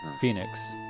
Phoenix